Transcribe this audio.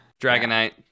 Dragonite